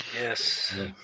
Yes